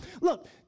Look